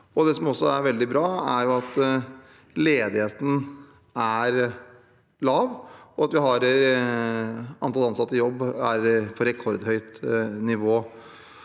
Det som også er veldig bra, er at ledigheten er lav, og at antallet ansatte i jobb er på et rekordhøyt nivå.